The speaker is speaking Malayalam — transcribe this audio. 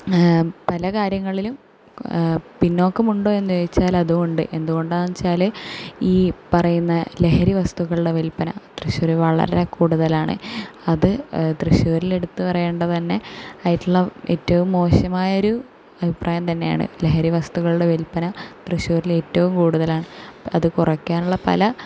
പല കാര്യങ്ങളിലും പിന്നോക്കമുണ്ടോ എന്നു ചോദിച്ചാലതും ഉണ്ട് എന്തുകൊണ്ടാണെന്നു വെച്ചാൽ ഈ പറയുന്ന ലഹരി വസ്തുക്കളുടെ വില്പന തൃശ്ശൂർ വളരെ കൂടുതലാണ് അത് തൃശ്ശൂരിൽ എടുത്തു പറയേണ്ടത് തന്നെ ആയിട്ടുള്ള ഏറ്റവും മോശമായ ഒരു അഭിപ്രായം തന്നെയാണ് ലഹരി വസ്തുക്കളുടെ വില്പന തൃശ്ശൂരിലേറ്റവും കൂടുതലാണ് അതു കുറയ്ക്കാനുള്ള പല